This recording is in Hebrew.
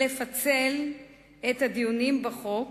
לפצל את הדיונים בחוק